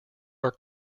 are